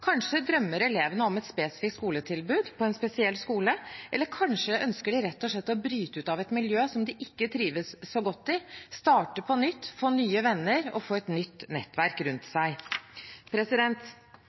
Kanskje drømmer elevene om et spesifikt skoletilbud på en spesiell skole, eller kanskje ønsker de rett og slett å bryte ut av et miljø som de ikke trives så godt i – starte på nytt, få nye venner og få et nytt nettverk rundt